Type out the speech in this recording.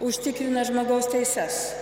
užtikrina žmogaus teises